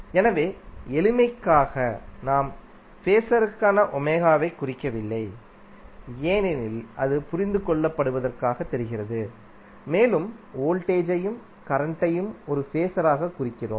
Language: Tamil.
எனவே எளிமைக்காக நாம் ஃபேஸருக்கான ஒமேகாவைக் குறிக்கவில்லை ஏனெனில் அது புரிந்து கொள்ளப்படுவதாகத் தெரிகிறது மேலும் வோல்டேஜ் ஐயும் கரண்ட் ஐயும் ஒரு ஃபேஸராகக் குறிக்கிறோம்